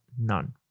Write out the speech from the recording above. none